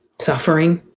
suffering